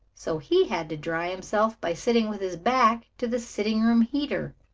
so he had to dry himself by sitting with his back to the sitting-room heater.